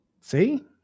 See